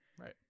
Right